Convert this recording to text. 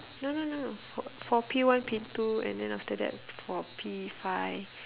no no no no for for P one P two and then after that for P five